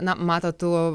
na matot tų